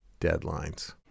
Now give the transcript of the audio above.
deadlines